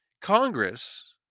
Congress